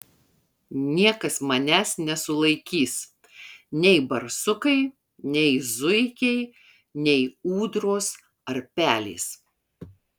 niekas manęs nesulaikys nei barsukai nei zuikiai nei ūdros ar pelės